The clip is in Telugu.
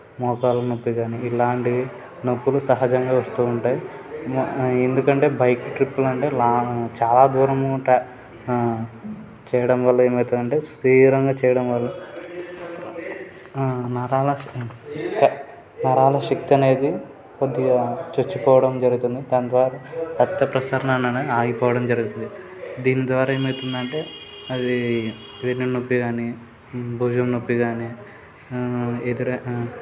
మోకాలు నొప్పి కానీ ఇలాంటివి నొప్పులు సహజంగా వస్తూ ఉంటాయి ఎందుకంటే బైక్ ట్రిప్పులు అంటే లాంగ్ చాలా దూరము ట్రా చేయడం వల్ల ఏమవుతుందంటే సుదీర్ఘంగా చేయడం వల్ల నరాల నరాల శక్తి అనేది కొద్దిగా చనిపోవడం జరుగుతుంది దాని ద్వారా రక్త ప్రసరణ ఆగిపోవడం జరుగుతుంది దీని ద్వారా ఏమవుతుందంటే అది వెన్ను నొప్పి కానీ భుజం నొప్పి కానీ ఎదురై